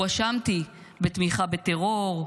הואשמתי בתמיכה בטרור,